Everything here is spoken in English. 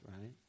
right